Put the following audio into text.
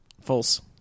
false